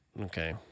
Okay